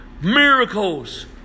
Miracles